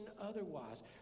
otherwise